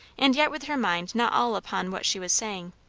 and yet with her mind not all upon what she was saying,